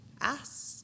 ask